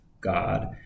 God